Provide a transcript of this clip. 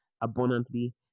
abundantly